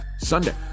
Sunday